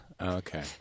Okay